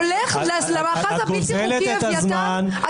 הולך למאחז הבלתי חוקי אביתר?